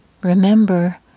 Remember